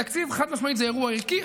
תקציב הוא חד-משמעית אירוע ערכי,